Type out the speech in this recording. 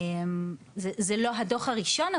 זה לא הדוח הראשון,